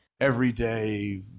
Everyday